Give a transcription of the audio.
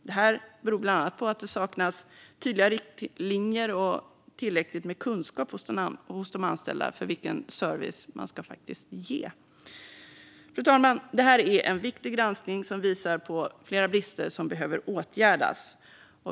Det beror bland annat på att det saknas tydliga riktlinjer och tillräcklig kunskap hos de anställda om vilken service man faktiskt ska ge. Fru talman! Det här är en viktig granskning som visar på flera brister som behöver åtgärdas.